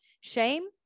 Shame